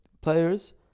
players